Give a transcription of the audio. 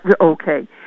okay